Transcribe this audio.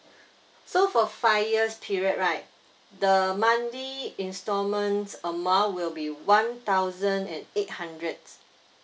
so for five years period right the monthly instalments amount will be one thousand and eight hundred